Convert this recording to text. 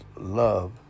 love